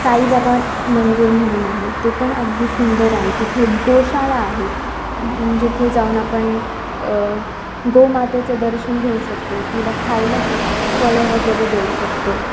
साईबाबा मंदिर म्हणून आहे ते पण अगदी सुंदर आहे तिथे एक गोशाळा आहे जिथे जाऊन आपण गोमातेचं दर्शन घेऊ शकतो तिला खायला फळं वगैरे देऊ शकतो